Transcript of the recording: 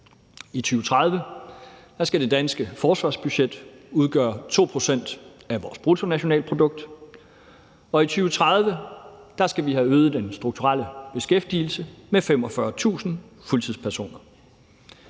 I 2030 skal det danske forsvarsbudget udgøre 2 pct. af vores bruttonationalprodukt. Og i 2030 skal vi have øget den strukturelle beskæftigelse med 45.000 fuldtidspersoner.